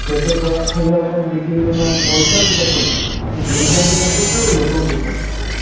ପେଟ ଖରାପ ଥିବା ପରେ ବିକ୍ରି ଦିନ ପଇସାକୁ ଦେଖୁନୁ ଆମେ ଜିନିଷକୁ ଦେଖୁଛୁ ଲୋକଙ୍କୁ ଦେଖୁଛୁ